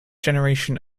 generation